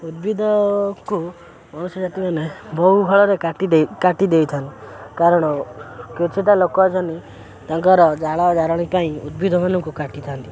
ଉଦ୍ଭିଦକୁ କୌଣସି ଜାତିମାନେ ବହୁ ଫଳରେ କାଟି ଦେଇ କାଟିଦେଇଥାନ୍ତି କାରଣ କିଛିଟା ଲୋକ ଅଛନ୍ତି ତାଙ୍କର ଜାଳ ଜାରଣୀ ପାଇଁ ଉଦ୍ଭିଦ ମାନଙ୍କୁ କାଟିଥାନ୍ତି